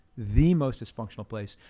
the most dysfunctional place,